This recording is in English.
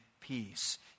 peace